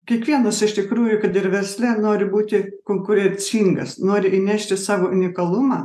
kiekvienas iš tikrųjų kad ir versle nori būti konkurencingas nori įnešti savo unikalumą